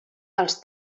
els